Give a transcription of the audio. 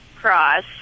cross